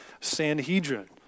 Sanhedrin